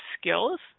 skills